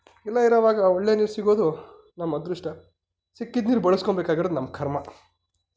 ಎಲ್ಲ ಇರೋವಾಗ ಒಳ್ಳೆಯ ನೀರು ಸಿಗೋದು ನಮ್ಮ ಅದೃಷ್ಟ ಸಿಕ್ಕಿದ ನೀರು ಬಳ್ಸ್ಕೊಬೇಕಾಗಿರೋದು ನಮ್ಮ ಕರ್ಮ